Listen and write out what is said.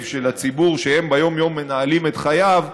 של הציבור שהם ביום-יום מנהלים את חייו,